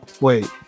Wait